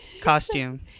costume